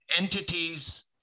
entities